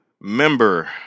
member